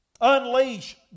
unleash